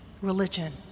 religion